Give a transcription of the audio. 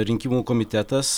rinkimų komitetas